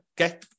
okay